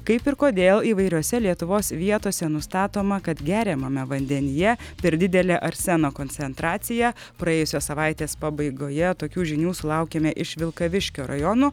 kaip ir kodėl įvairiose lietuvos vietose nustatoma kad geriamame vandenyje per didelė arseno koncentracija praėjusios savaitės pabaigoje tokių žinių sulaukėme iš vilkaviškio rajono